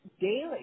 daily